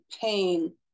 pain